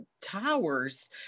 Towers